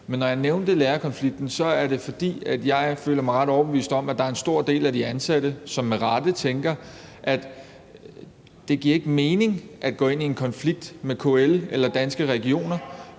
men når jeg nævnte lærerkonflikten, er det, fordi jeg føler mig ret overbevist om, at der er en stor del af de ansatte, som med rette tænker, at det ikke giver mening at gå ind i en konflikt med KL eller Danske Regioner,